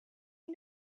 you